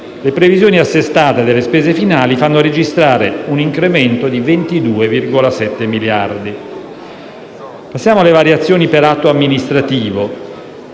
Le previsioni assestate delle spese finali fanno registrare un incremento di 22,7 miliardi. Per quanto riguarda le variazioni per atto amministrativo,